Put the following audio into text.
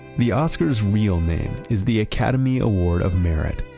the oscar's real name is the academy award of merit,